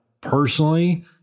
personally